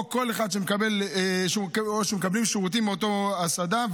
או כאלה שמקבלים שירותים מאותה הסעדה,